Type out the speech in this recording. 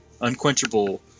unquenchable